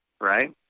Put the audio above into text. Right